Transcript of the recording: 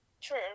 True